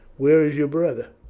where is your brother?